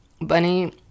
Bunny